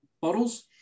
bottles